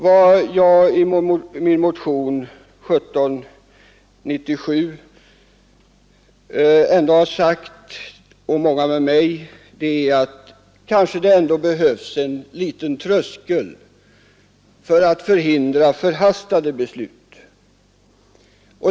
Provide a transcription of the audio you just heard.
Vad jag i min motion 1797 har sagt — och som många hållit med mig om är att det kanske ändå behövs en liten tröskel för att förhindra förhastade beslut.